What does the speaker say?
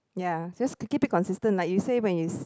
ya just keep it consistent like you say when is